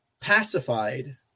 pacified